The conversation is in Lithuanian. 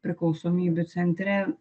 priklausomybių centre